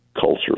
culture